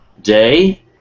day